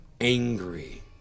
angry